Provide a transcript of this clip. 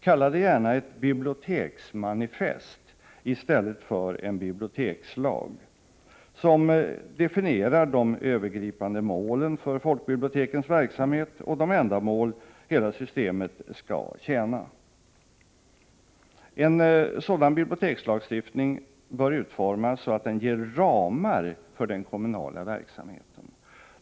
Kalla det gärna ett biblioteksmanifest i stället för en bibliotekslag. Där skulle de övergripande målen för folkbibliotekens verksamhet och de ändamål hela systemet skall tjäna definieras. En sådan bibliotekslagstiftning bör utformas så, att den ger ramar för den kommunala verksamheten.